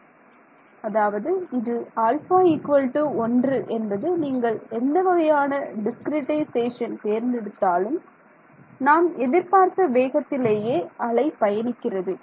மாணவர் அதாவது இது α 1 என்பது நீங்கள் எந்த வகையான டிஸ்கிரிட்டிசேக்ஷன் தேர்ந்தெடுத்தாலும் நாம் எதிர்பார்த்த வேகத்திலேயே அலை பயணிக்கிறது